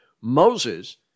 Moses